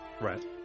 right